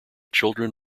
children